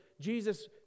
Jesus